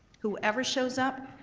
whoever shows up,